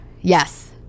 yes